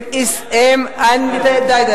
די.